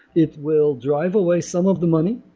it will drive away some of the money,